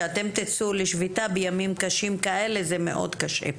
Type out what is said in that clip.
שאתם תצאו לשביתה בימים קשים כאלה זה מאוד קשה.